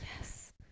Yes